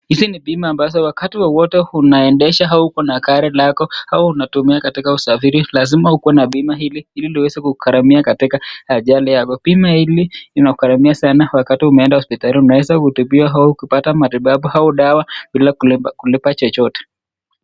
Hizi ni bima ambayo wakati wowote unaendesha au uko na gari lako au unatumia katika usafiri lazima ukue na bima hili ili iweze kugharamia katika ajali yako. Bima hili inakugharamia sana wakati unaenda hospitalini kupata matibabu au dawa bila kulipa chochote.